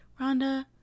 Rhonda